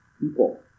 people